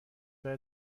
بره